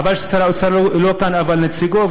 חבל ששר האוצר לא כאן אלא רק נציגו.